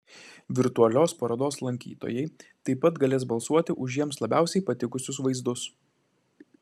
virtualios parodos lankytojai taip pat galės balsuoti už jiems labiausiai patikusius vaizdus